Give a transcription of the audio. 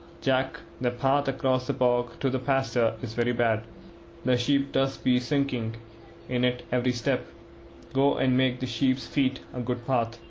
jack, the path across the bog to the pasture is very bad the sheep does be sinking in it every step go and make the sheep's feet a good path.